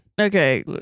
Okay